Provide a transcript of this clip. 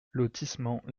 lotissement